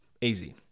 Easy